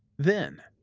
then,